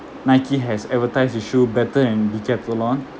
nike has advertised the shoe better than decathlon